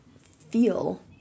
feel